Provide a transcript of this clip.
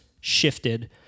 shifted